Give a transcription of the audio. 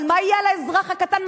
אבל מה יהיה על האזרח הקטן?